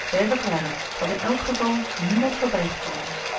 zij verklaren dat in elk geval niemand voorbijgekomen is